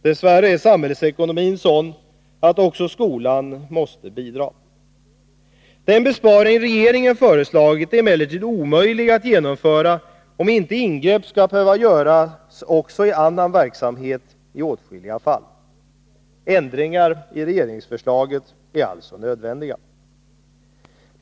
Dess värre är samhällsekonomin sådan att också skolan måste bidra. Den besparing regeringen föreslagit är emellertid omöjlig att genomföra om inte ingrepp skall behöva göras också i annan verksamhet i åtskilliga fall. Ändringar i regeringsförslaget är alltså nödvändiga.